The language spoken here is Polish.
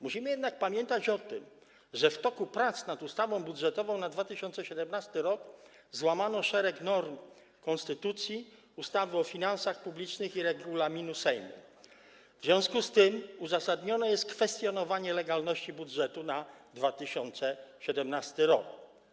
Musimy jednak pamiętać o tym, że w toku prac nad ustawą budżetową na 2017 r. złamano szereg norm konstytucji, ustawy o finansach publicznych i regulaminu Sejmu, w związku z tym uzasadnione jest kwestionowanie legalności budżetu na 2017 r.